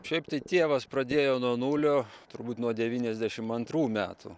šiaip tai tėvas pradėjo nuo nulio turbūt nuo devyniasdešim antrų metų